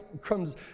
comes